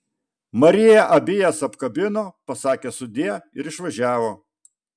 marija abi jas apkabino pasakė sudie ir išvažiavo